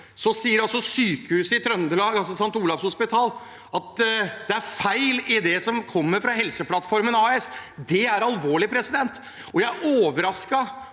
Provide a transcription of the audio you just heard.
sier sykehuset i Trøndelag, St. Olavs hospital, at det er feil i det som kommer fra Helseplattformen AS. Det er alvorlig. Jeg er overrasket